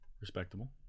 Respectable